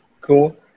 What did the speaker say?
cool